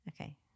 Okay